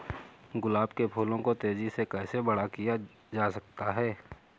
गुलाब के फूलों को तेजी से कैसे बड़ा किया जा सकता है?